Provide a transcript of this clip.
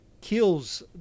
kills